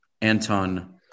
Anton